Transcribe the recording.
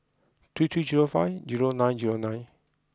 three three zero five zero nine zero nine